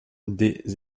des